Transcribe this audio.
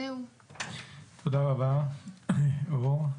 תודה רבה, אור.